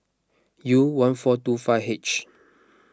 U one four two five H